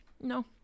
no